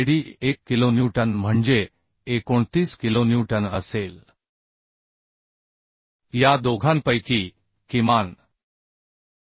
78 kilonewton म्हणजे 29 kilonewton या दोघांपैकी किमान असेल